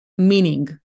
Meaning